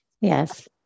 Yes